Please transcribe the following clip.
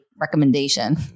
recommendation